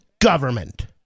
government